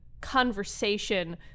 conversation